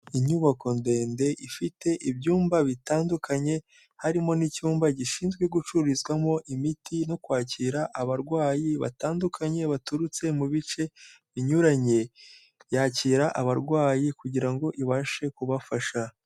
Inyubako ndende ifite ibyumba bitandukanye harimo n'icyumba gishinzwe gucururizwamo imiti no kwakira abarwayi batandukanye baturutse mu bice binyuranye, yakira abarwayi kugira ngo ibashe kubafasha.